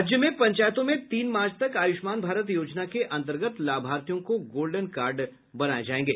राज्य में पंचायतों में तीन मार्च तक आयुष्मान भारत योजना के अन्तर्गत लाभार्थियों को गोल्डन कार्ड बनाये जायेंगे